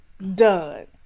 done